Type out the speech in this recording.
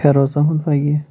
Feroz Ahmad Wagay